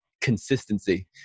consistency